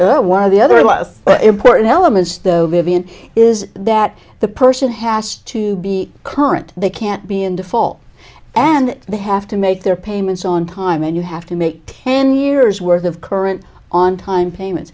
why the other less important elements though given is that the person has to be current they can't be in default and they have to make their payments on time and you have to make ten years worth of current on time payment